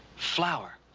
flower.